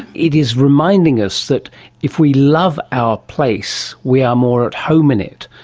it is reminding us that if we love our place we are more at home in it,